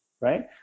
right